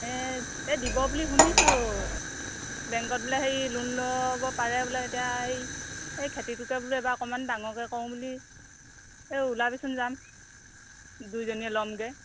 এই এই দিব বুলি শুনিছোঁ বেংকত বোলে সেই লোন ল'ব পাৰে বোলে তেতিয়া এই এই খেতিটোকে বোলো অকণমান ডাঙৰকৈ কৰোঁ বুলি এই ওলাবিচোন যাম দুইজনীয়ে ল'মগৈ